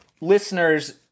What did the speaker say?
listeners